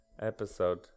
episode